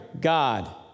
God